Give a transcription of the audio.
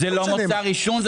זה לא מוצר עישון.